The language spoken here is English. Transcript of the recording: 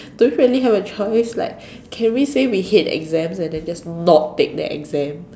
don't really have a choice like can we say we hate exams and then just not take the exam